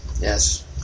Yes